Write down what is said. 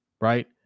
right